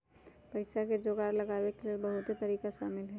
पइसा के जोगार लगाबे के लेल बहुते तरिका शामिल हइ